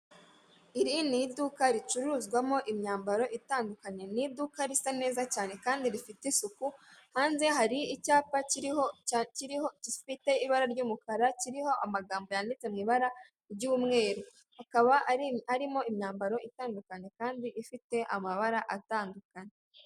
Iri ni iduka ricuruzwamo imyambaro itandukanye n' iduka risa neza cyane kandi rifite isuku ,hanze hari icyapa gifite ibara ry'umukara kiriho amagambo yanditse mu ibara ry'umwerukaba ,hakaba harimo imyambaro itandukanye kandi ifite amabara atandukanye.